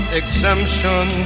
exemption